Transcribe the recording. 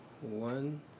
one